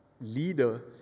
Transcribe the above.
leader